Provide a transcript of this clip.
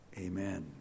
Amen